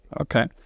Okay